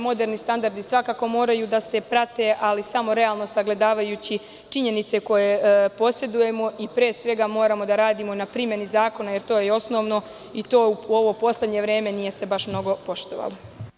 Moderni standardi svakako moraju da se prate, ali samo realno sagledavajući činjenice koje posedujemo i pre svega moramo da radimo na primeni zakona, jer to je osnovno i to se u ovo poslednje vreme nije baš mnogo poštovalo.